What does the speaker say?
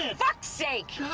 ah fuck's sake!